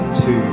two